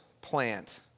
plant